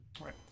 right